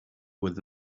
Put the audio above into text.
with